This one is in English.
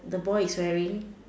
the boy is wearing